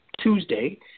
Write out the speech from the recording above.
Tuesday